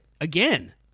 again